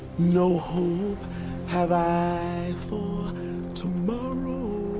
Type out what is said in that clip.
no hope have i for tomorrow